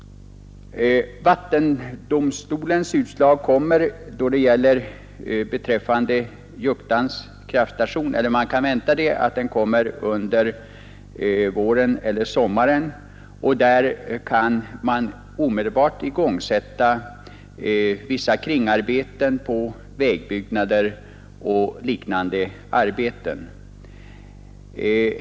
Vattendomstolens utslag beträffande Juktans kraftstation kan man vänta under våren eller sommaren. Där kan man omedelbart sätta i gång vissa kringarbeten, vägbyggnader och liknande arbeten.